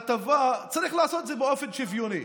הטבה, צריך לעשות את זה באופן שוויוני.